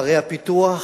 ערי הפיתוח